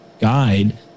guide